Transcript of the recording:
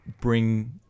bring